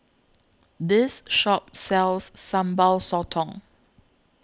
This Shop sells Sambal Sotong